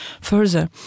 further